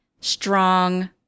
strong